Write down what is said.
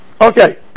Okay